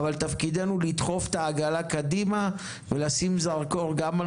תפקידנו לדחוף את העגלה קדימה ולשים זרקור גם על